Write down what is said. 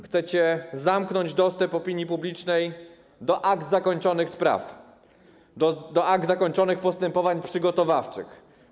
Chcecie zamknąć opinii publicznej dostęp do akt zakończonych spraw, do akt zakończonych postępowań przygotowawczych.